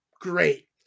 Great